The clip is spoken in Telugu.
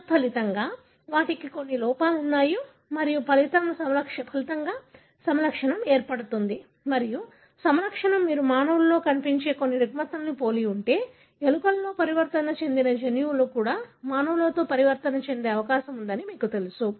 తత్ఫలితంగా వాటికి కొన్ని లోపాలు ఉన్నాయి మరియు ఫలితంగా సమలక్షణం ఏర్పడుతుంది మరియు సమలక్షణం మీరు మానవులలో కనిపించే కొన్ని రుగ్మతలను పోలి ఉంటే ఎలుకలో పరివర్తన చెందిన జన్యువు కూడా మానవులలో పరివర్తన చెందే అవకాశం ఉందని మీకు తెలుసు